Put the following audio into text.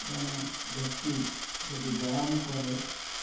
ଜଣେ ବ୍ୟକ୍ତି ଯଦି ବ୍ୟାୟାମ କରେ